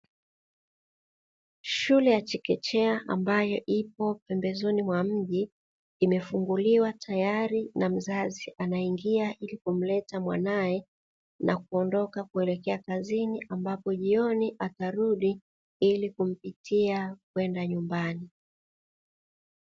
Shule ya chekechea ambayo ipo pembezoni mwa mji imefunguliwa tayari, na mzazi anaingia ili kumleta mwanae na kuondoka kuelekea kazini ambapo jioni atarudi ili kumpitia kwenda nyumbani.